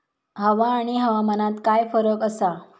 हवा आणि हवामानात काय फरक असा?